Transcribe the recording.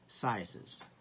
sizes